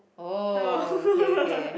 oh okay okay